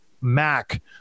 Mac